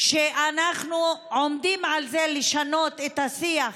שאנחנו עומדים על זה, לשנות את השיח